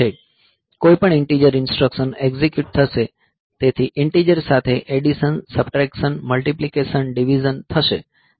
કોઈપણ integer instruction execute થશે તેથી ઇંટીજર સાથે એડિશન સબટ્રેકશન મલ્ટીપ્લિકેશન ડિવિઝન થશે